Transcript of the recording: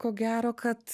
ko gero kad